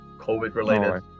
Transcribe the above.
COVID-related